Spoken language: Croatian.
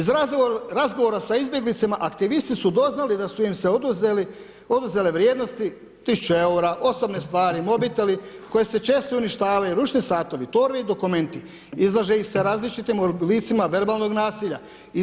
Iz razgovora sa izbjeglicama aktivisti su doznali da su im se oduzele vrijednosti tisuću eura, osobne stvari, mobiteli koji se često i uništavaju, ručni satovi, torbe i dokumenti, izlaže ih se različitim oblicima verbalnog nasilja.